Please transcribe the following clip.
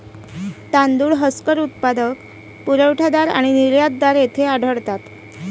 तांदूळ हस्कर उत्पादक, पुरवठादार आणि निर्यातदार येथे आढळतात